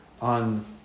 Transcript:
on